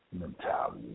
mentality